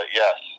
yes